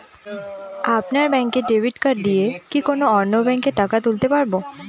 আপনার ব্যাংকের debit card দিয়ে কি অন্য ব্যাংকের থেকে টাকা তুলতে পারবো?